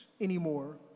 anymore